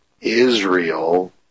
Israel